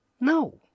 No